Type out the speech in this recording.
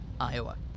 Iowa